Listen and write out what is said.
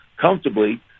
comfortably